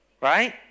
right